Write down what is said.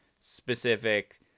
specific